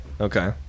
Okay